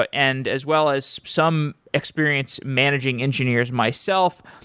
ah and as well as some experience managing engineers myself.